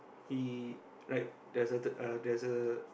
he like deserted a there's a